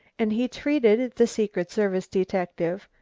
and he treated the secret service detective,